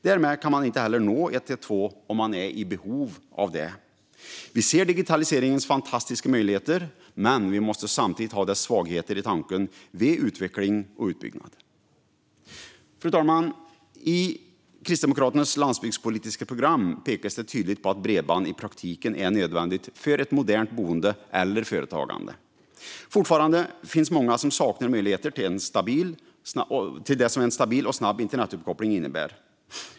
Därmed kan man inte heller nå 112 om man är i behov av det. Vi ser digitaliseringens fantastiska möjligheter, men vi måste samtidigt ha dess svagheter i åtanke vid utveckling och utbyggnad. Fru talman! I Kristdemokraternas landsbygdspolitiska program pekas det tydligt på att bredband i praktiken är nödvändigt för ett modernt boende eller företagande. Fortfarande finns det många som saknar de möjligheter som en stabil och snabb internetuppkoppling innebär.